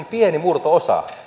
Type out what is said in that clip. pieni murto osa